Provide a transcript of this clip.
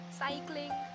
cycling